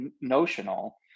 notional